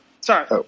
Sorry